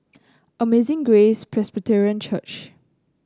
Amazing Grace Presbyterian Church